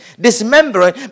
dismembering